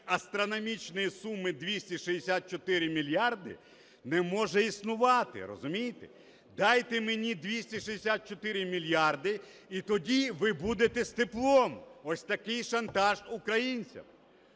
астрономічної суми в 264 мільярди, не може існувати. Розумієте? Дайте мені 264 мільярди і тоді ви будете з теплом, ось такий шантаж українцям.